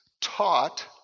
taught